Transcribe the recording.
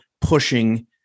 pushing